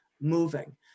moving